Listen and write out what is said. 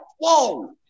whoa